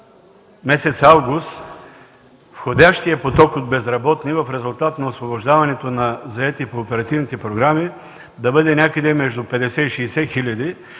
месец август входящият поток от безработни, в резултат на освобождаването на заети по оперативните програми, да бъде някъде между 50 и 60 хиляди.